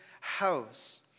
house